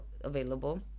available